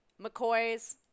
McCoys